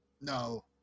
no